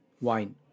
Wine